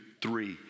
three